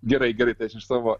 gerai gerai tai aš iš savo